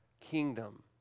kingdom